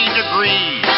degrees